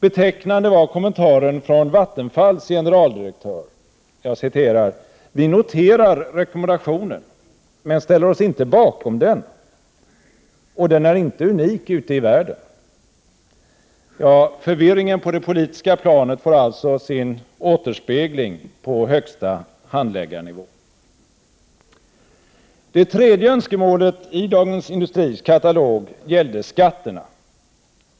Betecknande var kommentaren från Vattenfalls generaldirektör: ”Vi noterar rekommendationen, men ställer oss inte bakom den och den är inte unik ute i världen.” Förvirringen på det politiska planet får alltså sin återspegling på högsta handläggarnivå. Det tredje önskemålet i Dagens Industris katalog gällde skatterna.